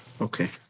Okay